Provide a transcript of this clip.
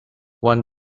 one